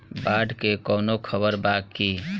बाढ़ के कवनों खबर बा की?